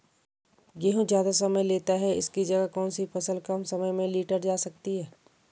गेहूँ ज़्यादा समय लेता है इसकी जगह कौन सी फसल कम समय में लीटर जा सकती है?